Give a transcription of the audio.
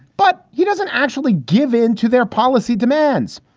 but he doesn't actually give in to their policy demands.